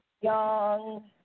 young